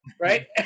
Right